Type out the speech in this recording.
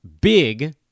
big